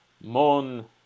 Mon